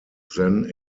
then